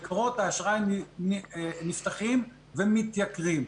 מקורות האשראי נפתחים ומתייקרים.